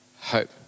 hope